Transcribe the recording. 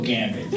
Gambit